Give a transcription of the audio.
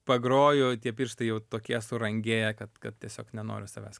pagroju tie pirštai jau tokie suragėję kad kad tiesiog nenoriu savęs